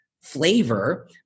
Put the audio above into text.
flavor